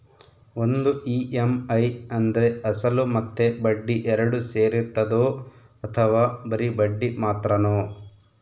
ಒಂದು ಇ.ಎಮ್.ಐ ಅಂದ್ರೆ ಅಸಲು ಮತ್ತೆ ಬಡ್ಡಿ ಎರಡು ಸೇರಿರ್ತದೋ ಅಥವಾ ಬರಿ ಬಡ್ಡಿ ಮಾತ್ರನೋ?